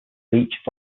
beach